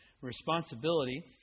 responsibility